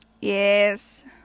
Yes